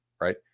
right